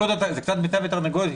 כל עוד זה קצת ביצה ותרנגולת,